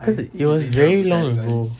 cause it was very long ago